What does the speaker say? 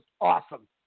awesome